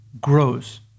Grows